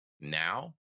Now